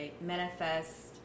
manifest